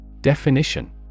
Definition